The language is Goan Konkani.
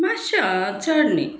मातशें आं चड न्ही